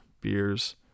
beers